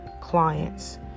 clients